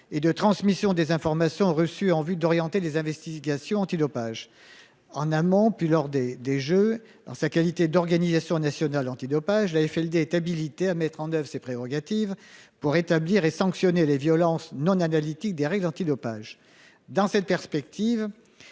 et de transmission des informations reçues en vue d'orienter les investigations antidopage. En amont, puis lors des Jeux, en sa qualité d'organisation nationale antidopage, l'AFLD est habilitée à mettre en oeuvre ces prérogatives pour établir et sanctionner les violations non analytiques des règles antidopage. Dans cette perspective,